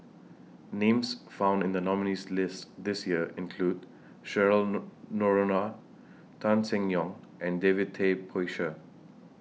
Names found in The nominees' list This Year include Cheryl Nor Noronha Tan Seng Yong and David Tay Poey Cher